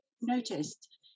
noticed